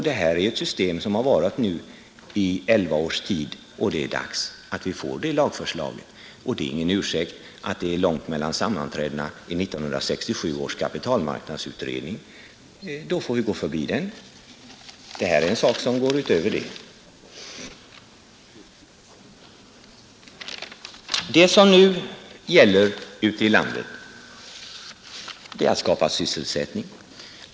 Det här är ett system som har varat nu i elva års tid, och det är dags att vi får detta lagförslag. Det är ingen ursäkt att det är långt mellan sammanträdena i 1967 års kapitalmarknadsutredning. Då får vi gå förbi den. Det här är en sak som går utöver det. Vad det nu gäller ute i landet är att skapa sysselsättning.